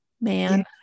man